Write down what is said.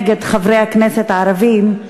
נגד חברי הכנסת הערבים,